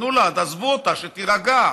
תנו לה, תעזבו אותה, שתירגע.